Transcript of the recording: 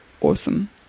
awesome